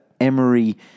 Emery